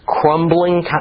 crumbling